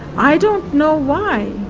i don't know why,